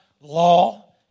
law